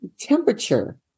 temperature